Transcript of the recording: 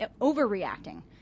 overreacting